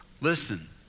Listen